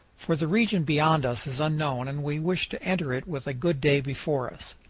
for the region beyond us is unknown and we wish to enter it with a good day before us.